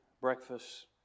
breakfast